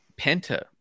Penta